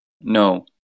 no